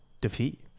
defeat